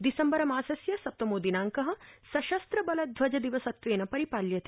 दिसम्बर मासस्य सप्तमो दिनांक सशस्त्र बल ध्वज दिवसत्वेन परिपाल्यते